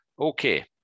Okay